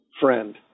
friend